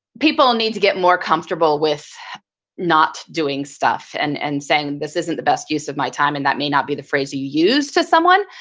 people need to get more comfortable with not doing stuff and and saying this isn't the best use of my time and that may not be the phrase that you use to someone.